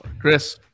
Chris